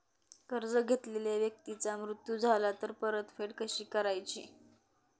कर्ज घेतलेल्या व्यक्तीचा मृत्यू झाला तर परतफेड कशी करायची?